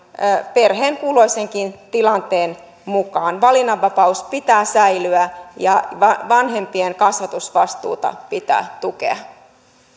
perheen kulloisenkin tilanteen mukaan valinnanvapaus pitää säilyä ja vanhempien kasvatusvastuuta pitää tukea